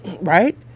right